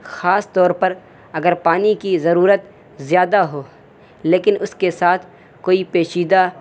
خاص طور پر اگر پانی کی ضرورت زیادہ ہو لیکن اس کے ساتھ کوئی پیچیدہ